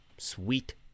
Sweet